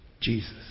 Jesus